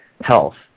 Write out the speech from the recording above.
health